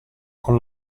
con